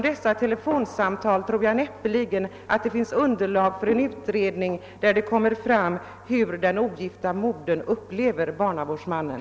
Dessa telefonsamtal tror jag näppeligen kan utgöra underlag för en utredning som skall visa hur den ogifta modern upplever barnavårdsmannen.